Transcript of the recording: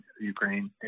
Ukraine